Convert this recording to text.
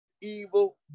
evil